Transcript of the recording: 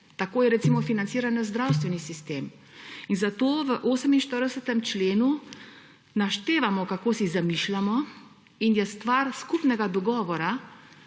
Tako je recimo financiran naš zdravstveni sistem. In zato v 48. členu naštevamo, kako si zamišljamo, in je stvar skupnega dogovora,